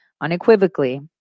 unequivocally